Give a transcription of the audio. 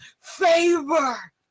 Favor